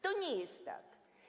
To nie jest tak.